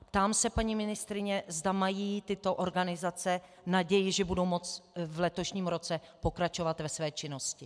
Ptám se paní ministryně, zda mají tyto organizace naději, že budou moci v letošním roce pokračovat ve své činnosti.